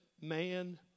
man